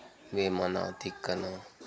Vemana Tikkana